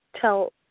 tell –